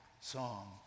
song